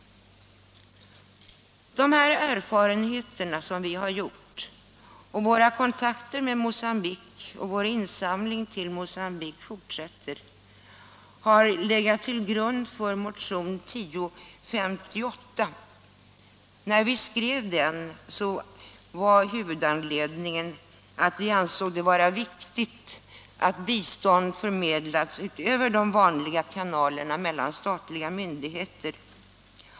De erfarenheter som vi har gjort — våra kontakter med Mogambique och vår insamling till Mogambique fortsätter — ligger till grund för motionen 1058. Huvudanledningen till att vi skrev den var att vi ansåg det vara viktigt att bistånd förmedlats utöver de vanliga kanalerna mellan statliga myndigheter.